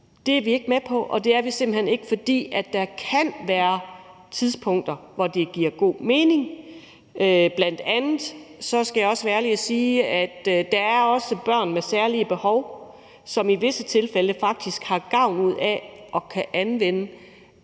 er vi ikke med på. Det er vi simpelt hen ikke, fordi der kan være tidspunkter, hvor det giver god mening. Jeg vil også være ærlig og sige, at der bl.a. er børn med særlige behov, som i visse tilfælde faktisk har gavn af at kunne anvende